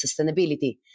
sustainability